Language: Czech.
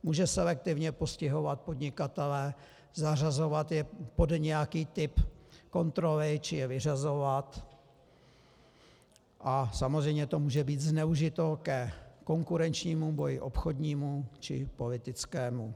Může selektivně postihovat podnikatele, zařazovat je pod nějaký typ kontroly či je vyřazovat a samozřejmě to může být zneužito ke konkurenčnímu boji obchodnímu či politickému.